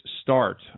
start